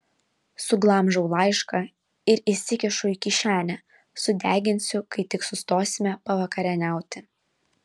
suglamžau laišką ir įsikišu į kišenę sudeginsiu kai tik sustosime pavakarieniauti